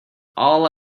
all